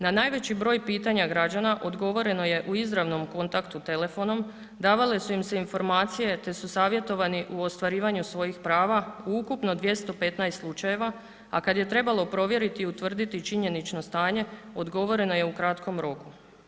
Na najveći broj pitanja građana odgovoreno je u izravnom kontaktu telefonom davale su im se informacije te su savjetovani u ostvarivanju svojih prava u ukupno 215 slučajeva, a kada je trebalo provjeriti i utvrditi činjenično stanje odgovoreno je u kratkom roku.